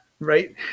right